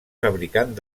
fabricant